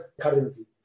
currency